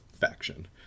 faction